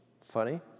Funny